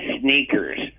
Sneakers